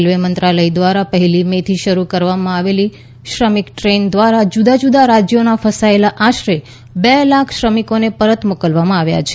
railway મંત્રાલય ધ્વારા પહેલી મે થી શરૂ કરવામાં આવેલી શ્રમિક દ્રેન ધ્વારા જુદા જુદા રાજયોના ફસાયેલા આશરે બે લાખ શ્રમિકોને પરત મોકલવામાં આવ્યા છે